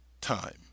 time